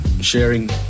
sharing